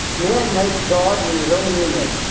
man makes god and in his own image.